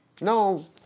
no